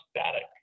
static